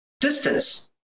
Distance